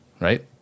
Right